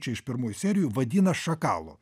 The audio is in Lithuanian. čia iš pirmųjų serijų vadina šakalu